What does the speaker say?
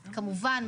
כמובן,